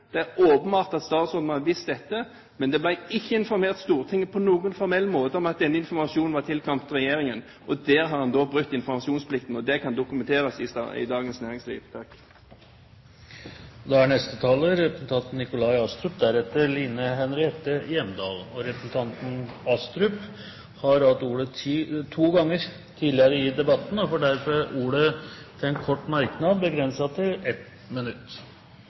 Det er åpenbart at statsråden måtte ha visst dette, men Stortinget ble ikke informert på noen formell måte om at denne informasjonen var tilkommet regjeringen. Der har han da brutt informasjonsplikten, og det kan dokumenteres i Dagens Næringsliv. Representanten Nikolai Astrup har hatt ordet to ganger tidligere i debatten og får ordet til en kort merknad, begrenset til 1 minutt.